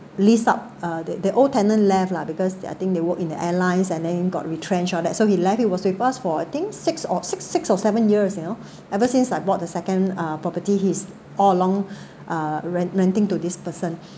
leased up uh the the old tenant left lah because I think they work in the airlines and then got retrenched all that so he left he was with us for I think six or six six or seven years you know ever since I bought the second uh property his all along uh rent~ renting to this person